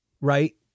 right